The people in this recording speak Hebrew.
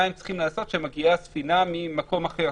מה הם צריכים לעשות כשמגיעה ספינה ממקום אחר.